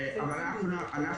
אני לא ביקשתי תאריך מדויק.